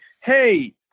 hey